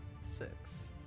six